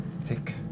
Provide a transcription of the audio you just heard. thick